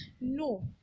No